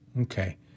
Okay